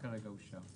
אבל זה כבר אושר.